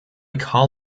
call